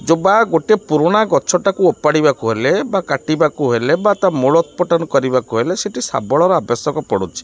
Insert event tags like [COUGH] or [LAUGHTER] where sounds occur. [UNINTELLIGIBLE] ଗୋଟେ ପୁରୁଣା ଗଛଟାକୁ ଓପାଡ଼ିବାକୁ ହେଲେ ବା କାଟିବାକୁ ହେଲେ ବା ତା ମୂଳ ଉତ୍ପଟନ କରିବାକୁ ହେଲେ ସେଇଠି ଶାବଳର ଆବଶ୍ୟକ ପଡ଼ୁଛି